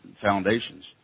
foundations